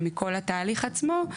ומכל התהליך עצמו,